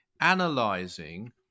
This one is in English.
analyzing